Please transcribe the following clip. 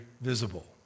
visible